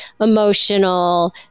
emotional